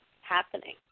happening